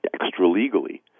extra-legally